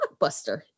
Blockbuster